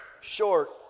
short